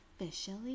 officially